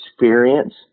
experience